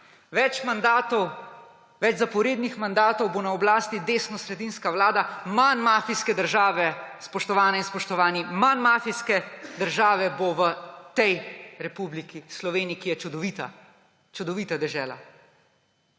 in spoštovani! Več zaporednih mandatov bo na oblasti desnosredinska vlada, manj mafijske države, spoštovane in spoštovani, manj mafijske države bo v tej Republiki Sloveniji, ki je čudovita, čudovita dežela.